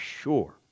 sure